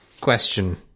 question